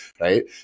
right